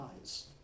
eyes